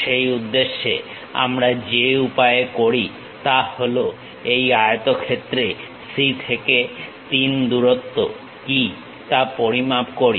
সেই উদ্দেশ্যে আমরা যে উপায়ে করি তা হল এই আয়তক্ষেত্রে C থেকে 3 দূরত্ব কি তা পরিমাপ করি